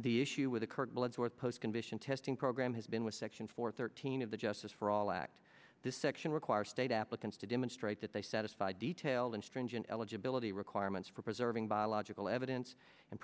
the issue with the kirk bloodsworth postcondition testing program has been with section four thirteen of the justice for all act this section requires state applicants to demonstrate that they satisfy detailed and stringent eligibility requirements for preserving biological evidence and